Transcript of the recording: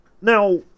Now